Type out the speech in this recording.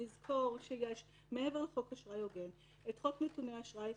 נזכור שמעבר לחוק אשראי הוגן יש חוק נתוני אשראי,